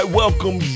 welcome